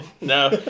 No